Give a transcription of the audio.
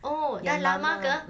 oh dah lama ke